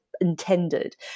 intended